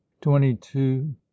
Twenty-two